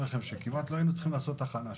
כמעט לא היינו צריכים לעשות הכנה,